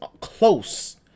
close